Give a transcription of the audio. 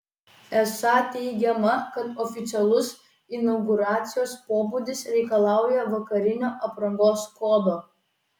esą teigiama kad oficialus inauguracijos pobūdis reikalauja vakarinio aprangos kodo